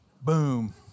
Boom